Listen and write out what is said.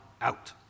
out